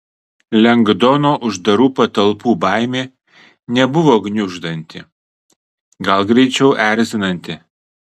lengdono uždarų patalpų baimė nebuvo gniuždanti gal greičiau erzinanti